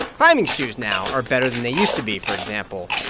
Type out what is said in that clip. climbing shoes now are better than they used to be, for example,